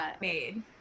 made